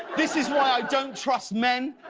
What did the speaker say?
this is why i don't trust men.